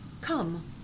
Come